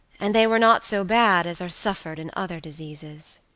and they were not so bad as are suffered in other diseases.